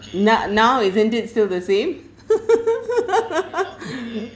no~ now isn't it still the same